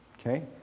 Okay